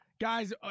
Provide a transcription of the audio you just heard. Guys